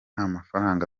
n’amafaranga